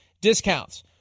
discounts